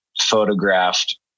photographed